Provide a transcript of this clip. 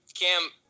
Cam